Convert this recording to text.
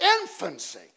infancy